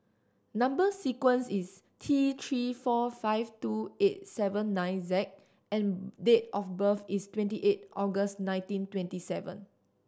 number sequence is T Three four five two eight seven nine Z and date of birth is twenty eight August nineteen twenty seven